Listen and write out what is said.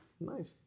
Nice